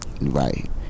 right